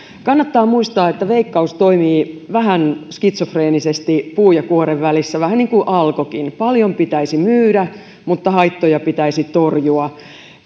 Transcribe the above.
kannattaa muistaa että veikkaus toimii vähän skitsofreenisesti puun ja kuoren välissä vähän niin kuin alkokin paljon pitäisi myydä mutta haittoja pitäisi torjua